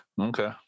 Okay